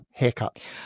Haircuts